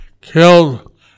killed